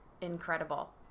incredible